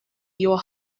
your